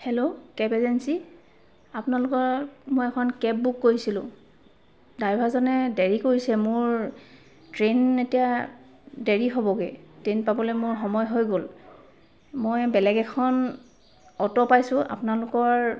hello cab agency আপোনালোকৰ মই এখন কেব বুক কৰিছিলো ড্ৰাইভাৰজনে দেৰি কৰিছে মোৰ ট্ৰেইন এতিয়া দেৰি হ'বগৈ ট্ৰেইন পাবলৈ মোৰ সময় হৈ গ'ল মই বেলেগ এখন অ'টো পাইছো আপোনালোকৰ